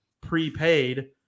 prepaid